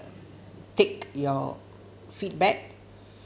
take your feedback